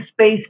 space